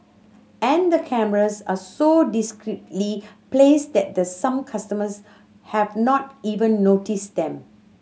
and the cameras are so discreetly placed that some customers have not even noticed them